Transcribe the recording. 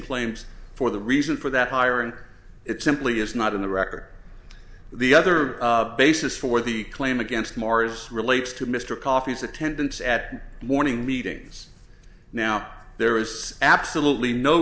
claims for the reason for that hiring it simply is not in the record the other basis for the claim against mars relates to mr coffee's attendance at morning meetings now there is absolutely no